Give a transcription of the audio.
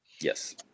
yes